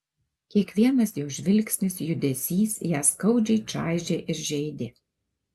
kiekvienas jo žvilgsnis judesys ją skaudžiai čaižė ir žeidė